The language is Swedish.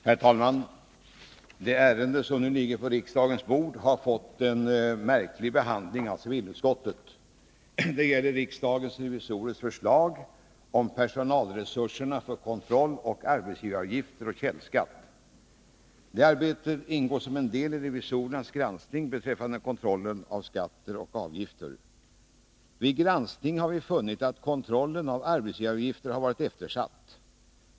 Herr talman! Det ärende som nu ligger på riksdagens bord har fått en märklig behandling av civilutskottet. Det gäller riksdagens revisorers förslag om personalresurserna för kontroll av arbetsgivaravgifter och källskatt. Detta arbete ingår som en del i revisorernas granskning beträffande kontrollen av skatter och avgifter. Vid granskningen har vi funnit att kontrollen av arbetsgivaravgifter har varit eftersatt.